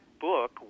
book